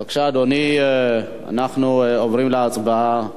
אנחנו עוברים להצבעה.